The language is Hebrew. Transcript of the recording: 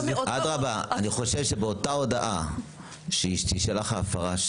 אני חושב שבאותה הודעה שתישלח ההפרה,